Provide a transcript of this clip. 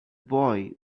boy